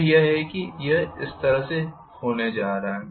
तो यह है कि यह इस तरह से होने जा रहा है